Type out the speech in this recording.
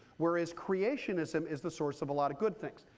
whereas creationism is the source of a lot of good things.